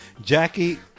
Jackie